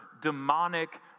demonic